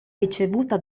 ricevuta